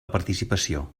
participació